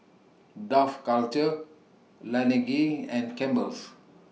Dough Culture Laneige and Campbell's